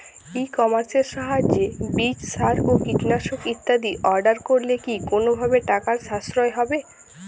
ই কমার্সের সাহায্যে বীজ সার ও কীটনাশক ইত্যাদি অর্ডার করলে কি কোনোভাবে টাকার সাশ্রয় হবে?